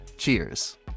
Cheers